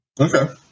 Okay